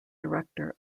director